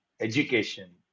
education